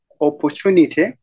opportunity